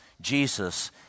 Jesus